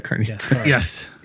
Yes